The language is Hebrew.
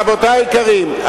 רבותי היקרים,